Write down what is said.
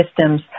systems